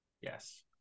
Yes